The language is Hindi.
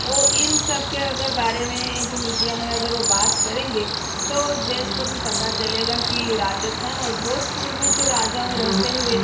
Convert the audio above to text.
वो इन सब की अगर बारे में जो मीडिया है अगर वो बात करेंगे तो देश को भी पता चलेगा कि राजस्थान और जोधपुर में जो राजाओं रहते हैं